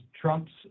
Trump's